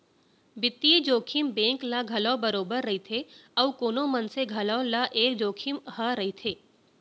बित्तीय जोखिम बेंक ल घलौ बरोबर रइथे अउ कोनो मनसे घलौ ल ए जोखिम ह रइथे